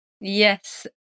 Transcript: yes